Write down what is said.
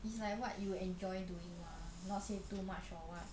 it's like what you will enjoy doing mah not say too much or what